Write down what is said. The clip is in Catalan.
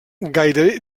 gairebé